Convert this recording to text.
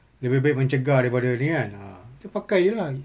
lebih baik mencegah daripada yang ni kan ah so pakai jer lah